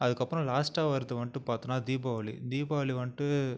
அதுக்கப்புறம் லாஸ்ட்டாக வர்றது வந்துட்டு பார்த்தோன்னா தீபாவளி தீபாவளி வந்துட்டு